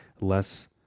less